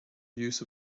use